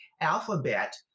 alphabet